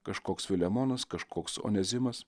kažkoks filemonas kažkoks onezimas